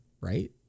right